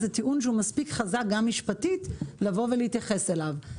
זה טיעון שהוא מספיק חזק גם משפטית לבוא ולהתייחס אליו.